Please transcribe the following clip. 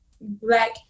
black